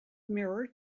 mirror